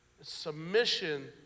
submission